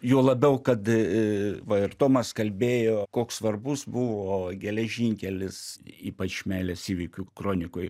juo labiau kad aa va ir tomas kalbėjo koks svarbus buvo geležinkelis ypač meilės įvykių kronikoj